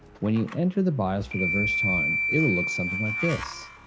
when you enter the bios for the first time, it will look something like this.